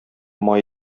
май